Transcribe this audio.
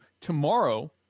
tomorrow